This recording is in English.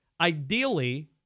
ideally